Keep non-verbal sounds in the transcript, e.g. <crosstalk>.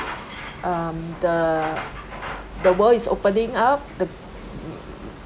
um the the world is opening up the <noise>